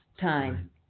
time